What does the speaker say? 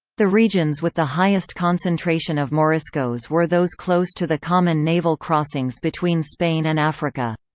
the regions with the highest concentration of moriscos were those close to the common naval crossings between spain and africa.